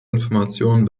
informationen